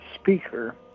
speaker